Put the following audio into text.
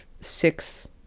six